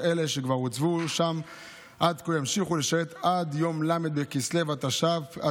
אך אלה שכבר הוצבו שם עד כה ימשיכו לשרת עד יום ל' בכסלו התשפ"ה,